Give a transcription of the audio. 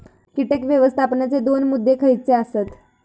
कीटक व्यवस्थापनाचे दोन मुद्दे खयचे आसत?